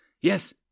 Yes